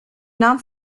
nahm